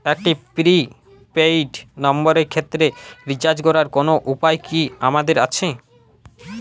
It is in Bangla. একটি প্রি পেইড নম্বরের ক্ষেত্রে রিচার্জ করার কোনো উপায় কি আমাদের আছে?